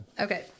Okay